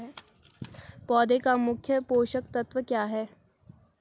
पौधें का मुख्य पोषक तत्व क्या है?